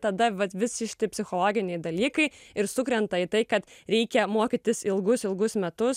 tada vat visi šiti psichologiniai dalykai ir sukrenta į tai kad reikia mokytis ilgus ilgus metus